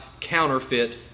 counterfeit